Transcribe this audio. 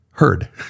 heard